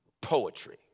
poetry